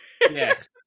Yes